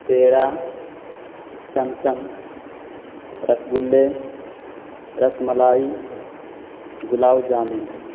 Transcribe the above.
پیڑا chamcham rasgulla ras malai gulab jamun